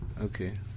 Okay